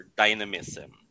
dynamism